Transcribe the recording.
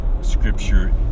Scripture